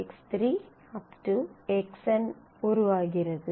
xn உருவாகிறது